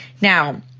Now